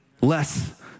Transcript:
Less